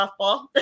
softball